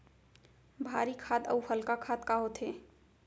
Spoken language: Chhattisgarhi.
भारी खाद अऊ हल्का खाद का होथे?